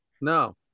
No